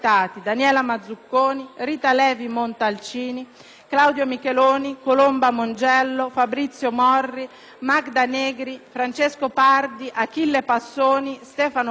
Claudio Micheloni, Colomba Mongiello, Fabrizio Morri, Magda Negri, Francesco Pardi, Achille Passoni, Stefano Pedica, Carlo Pegorer, Oskar Peterlini,